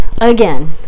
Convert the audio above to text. again